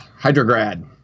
Hydrograd